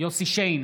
יוסף שיין,